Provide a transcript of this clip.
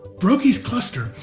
brocchi's cluster,